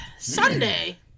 Sunday